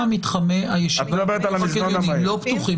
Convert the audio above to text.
את מדברת על המזנון המהיר.